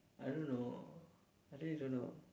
I don't know I really don't know